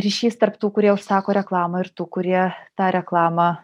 ryšys tarp tų kurie užsako reklamą ir tų kurie tą reklamą